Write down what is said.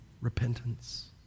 repentance